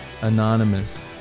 anonymous